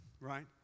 right